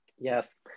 yes